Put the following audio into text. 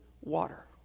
water